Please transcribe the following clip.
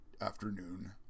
afternoon